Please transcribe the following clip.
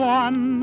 one